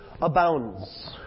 abounds